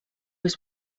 was